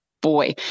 boy